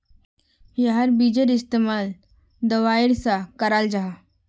याहार बिजेर इस्तेमाल दवाईर सा कराल जाहा